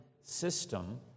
system